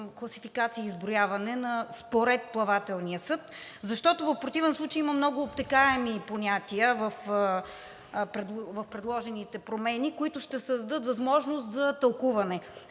класификация и изброяване според плавателния съд, защото в противен случай има много обтекаеми понятия в предложените промени, които ще създадат възможност за тълкуване.